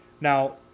Now